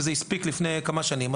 וזה הספיק עד לפני כמה שנים,